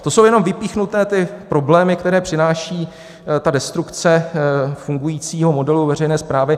To jsou jenom vypíchnuté ty problémy, které přináší destrukce fungujícího modelu veřejné správy.